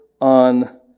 on